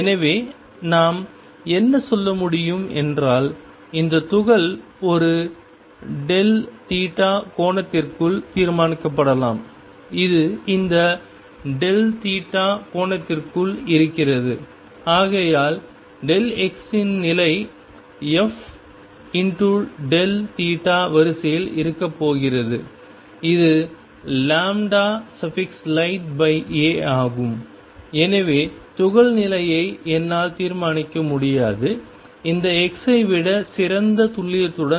எனவே நாம் என்ன சொல்ல முடியும் என்றால் இந்த துகள் ஒரு கோணத்திற்குள் தீர்மானிக்கப்படலாம் இது இந்த கோணத்திற்குள் இருக்கிறது ஆகையால் x இன் நிலை f வரிசையில் இருக்கப் போகிறது இது lighta ஆகும் எனவே துகள் நிலையை என்னால் தீர்மானிக்க முடியாது இந்த x ஐ விட சிறந்த துல்லியத்துடன்